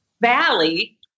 valley